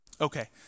Okay